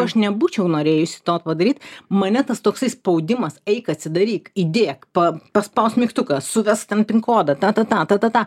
aš nebūčiau norėjusi to padaryt mane tas toksai spaudimas eik atsidaryk įdėk p paspausk mygtuką suvesk ten pin kodą tą tą tą tą tą tą